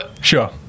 sure